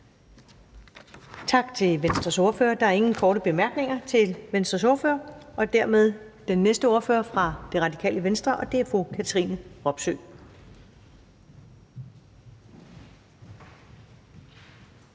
Tak til Venstres ordfører. Der er ingen korte bemærkninger til Venstres ordfører, og dermed er det den næste ordfører, som er fru Katrine Robsøe